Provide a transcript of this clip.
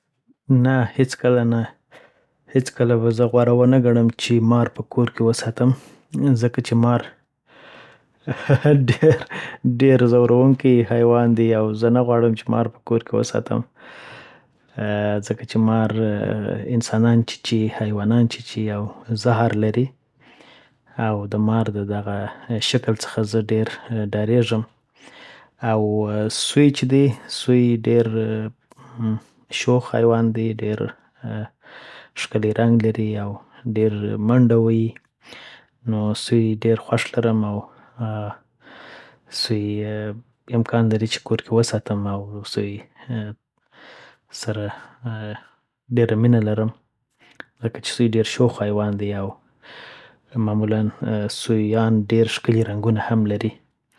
نه هیڅ کله نه هیڅ کله به غوره ونه ګڼم چی مار په کور کی وساتم ځکه چی مار هههه ډیر ډیر زورونکی حیوان دی او زه نه غواړم چی مار په کور کی وساتم اا ځکه چی مار انسان چیچی حیوانان چیچی زهر لری اود مار ددغه شکل څخه زه ډیر ډاریږم او سوی چی دی ډیر شوخ حیوان دی ډیرښکلی رنګ لری او ډیره منډه وهی نو سوی ډیر خوښ لرم سوی امکان لری چی چی کور کی وساتم او سوی یی سره ډیره مینه لرم ځکه چی سوی ډیر شوخ حیوان دی. معمولا سویان ډیر ښکلی رنګونه هم لری.